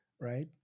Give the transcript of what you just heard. Right